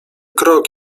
krok